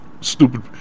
Stupid